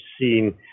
seen